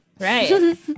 right